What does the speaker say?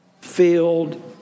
filled